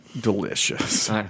delicious